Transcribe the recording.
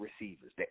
receivers